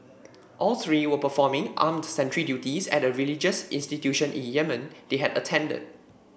all three were performing armed sentry duties at a religious institution in Yemen they had attended